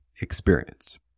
experience